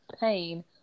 pain